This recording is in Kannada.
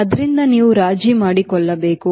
ಆದ್ದರಿಂದ ನೀವು ರಾಜಿ ಮಾಡಿಕೊಳ್ಳಬೇಕು